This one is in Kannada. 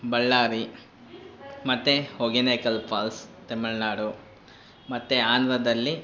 ಬಳ್ಳಾರಿ ಮತ್ತು ಹೊಗೇನಕಲ್ ಫಾಲ್ಸ್ ತಮಿಳ್ನಾಡು ಮತ್ತೆ ಆಂಧ್ರದಲ್ಲಿ